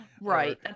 Right